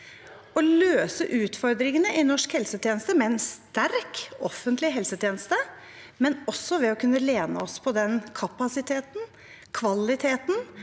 å løse utfordringene i norsk helsetjeneste med en sterk offentlig helsetjeneste, men også ved å kunne lene oss på den kapasiteten, kvaliteten